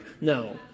No